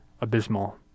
abysmal